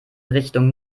richtung